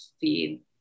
feed